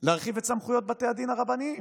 להרחיב את סמכויות בתי הדין הרבניים.